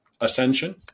ascension